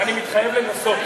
אני מתחייב לנסות.